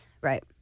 right